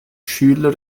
schüler